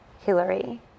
Hillary